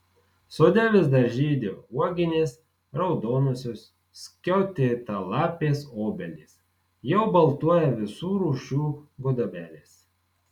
sode vis dar žydi uoginės raudonosios skiautėtalapės obelys jau baltuoja visų rūšių gudobelės